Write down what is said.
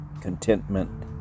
contentment